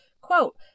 Quote